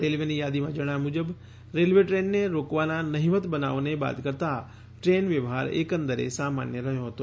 રેલ્વેની યાદીમાં જણાવ્યા મુજબ રેલ્વેટ્રેનને રોકવાનાં નહીવત બનાવોને બાદ કરતાં ટ્રેન વ્યવહાર એકંદરે સમાન્ય રહ્યો હતો